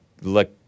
look